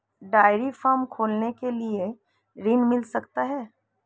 Dairy farm खोलने के लिए ऋण मिल सकता है?